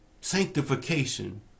sanctification